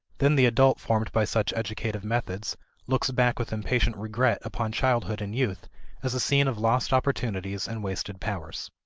then the adult formed by such educative methods looks back with impatient regret upon childhood and youth as a scene of lost opportunities and wasted powers.